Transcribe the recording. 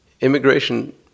immigration